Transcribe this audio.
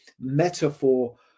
metaphor